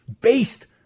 based